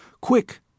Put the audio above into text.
Quick